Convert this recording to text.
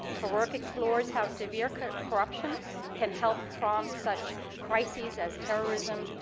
her work explores how severe corruption can help prompt such crises as terrorism,